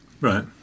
right